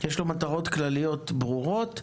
יש לו מטרות כלליות ברורות,